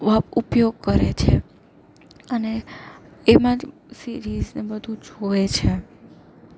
ઉપયોગ કરે છે અને એમાં જ સીરિઝ ને બધું જુએ છે